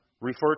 refer